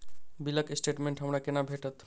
बिलक स्टेटमेंट हमरा केना भेटत?